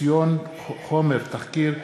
(חסיון חומר תחקיר),